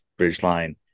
BridgeLine